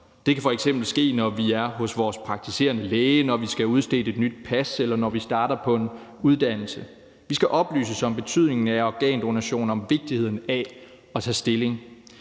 Det kan f.eks. ske, når vi er hos vores praktiserende læge, når vi skal have udstedt et nyt pas, eller når vi starter på en uddannelse. Vi skal oplyses om betydningen af organdonation og vigtigheden af at tage stilling.